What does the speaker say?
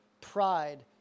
Pride